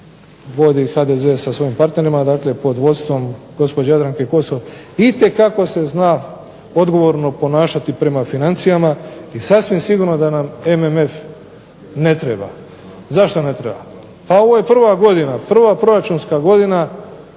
vodi HDZ sa svojim partnerima, dakle pod vodstvom gospođe Jadranke Kosor itekako se zna odgovorno ponašati prema financijama i sasvim sigurno da nam MMF ne treba. Zašto ne treba? Pa ovo je prva godina, prva proračunska godina